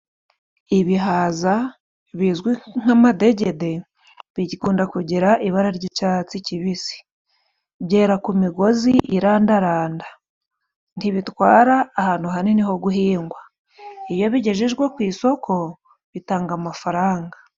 Ibihaza bizwi nk'amadegede bigikunda kugira ibara ry'icatsi kibisi ,byera ku migozi irandaranda ntibitwara ahantu hanini ho guhingwa ,iyo bigejejwe ku isoko bitanga amafaranga.